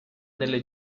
delle